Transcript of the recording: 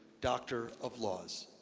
doctor of laws.